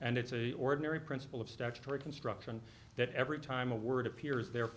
and it's a ordinary principle of statutory construction that every time a word appears there